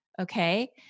Okay